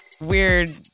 Weird